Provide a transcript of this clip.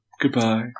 goodbye